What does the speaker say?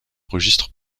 registre